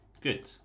Good